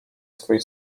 swój